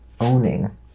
owning